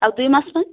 ଆଉ ଦୁଇ ମାସ ପାଇଁ